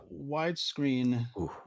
widescreen